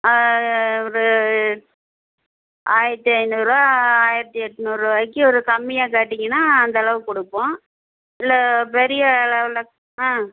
ஒரு ஆயிரத்து ஐநூறுருவா ஆயிரத்து எட்நூறுருவாய்க்கி ஒரு கம்மியாக கேட்டிங்கன்னால் அந்தளவு கொடுப்போம் இல்லை பெரிய லெவலில் ஆ